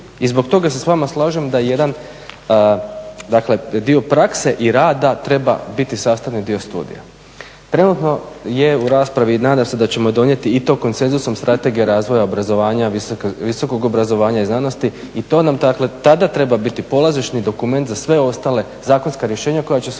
I zbog toga se s vama slažem da jedan dakle dio prakse i rada treba biti sastavni dio studija. Trenutno je u raspravi i nadam se da ćemo donijeti i to konsenzusom Strategiju razvoja obrazovanja, visokog obrazovanja i znanosti i to nam dakle tada treba biti polazišni dokument za sva ostala zakonska rješenja koja će se